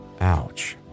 Ouch